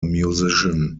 musician